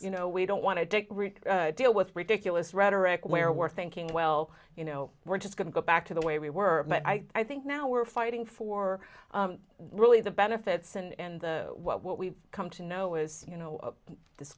you know we don't want to deal with ridiculous rhetoric where we're thinking well you know we're just going to go back to the way we were but i think now we're fighting for really the benefits and the what what we've come to know is you know this